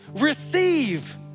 receive